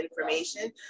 information